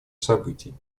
событий